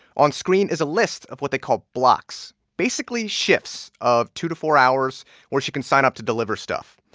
on-screen is a list of what they call blocks basically shifts of two to four hours where she can sign up to deliver stuff.